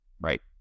Right